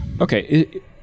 Okay